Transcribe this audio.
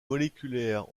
moléculaires